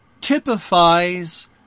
typifies